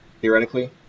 Theoretically